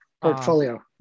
Portfolio